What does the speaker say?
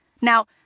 Now